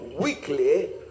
weekly